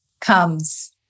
comes